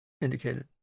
indicated